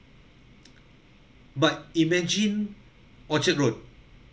but imagine orchard road